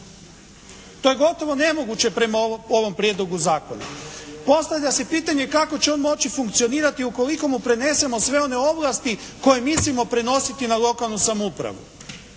To je gotovo nemoguće prema ovom prijedlogu zakona. Postavlja se pitanje kako će on moći funkcionirati ukoliko mu prenesemo sve one ovlasti koje mislimo prenositi na lokalnu samoupravu?